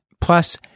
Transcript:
Plus